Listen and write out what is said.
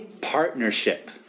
partnership